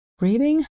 reading